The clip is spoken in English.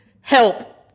Help